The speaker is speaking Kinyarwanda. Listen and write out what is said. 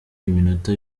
iminota